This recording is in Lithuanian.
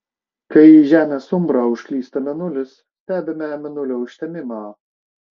kai į žemės umbrą užklysta mėnulis stebime mėnulio užtemimą